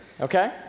okay